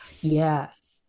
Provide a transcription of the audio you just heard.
yes